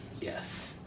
Yes